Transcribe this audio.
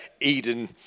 Eden